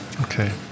Okay